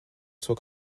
zur